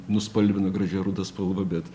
nuspalvina gražia ruda spalva bet